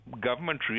government